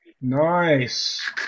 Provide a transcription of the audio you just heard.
Nice